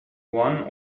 one